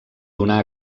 donar